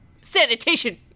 Sanitation